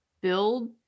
build